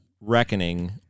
reckoning